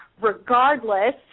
regardless